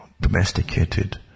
domesticated